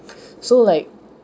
so like